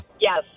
Yes